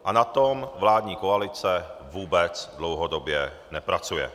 A na tom vládní koalice vůbec dlouhodobě nepracuje.